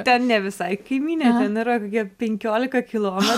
ten ne visai kaimynė yra kokie penkiolika kilome